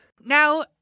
Now